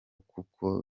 kuko